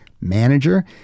manager